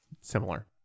similar